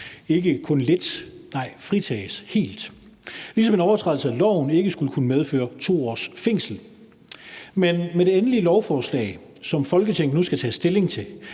ikke kun lidt, nej, fritages helt – ligesom en overtrædelse af loven ikke skulle kunne medføre 2 års fængsel. Men med det endelige lovforslag, som Folketinget nu skal tage stilling til,